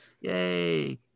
Yay